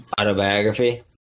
autobiography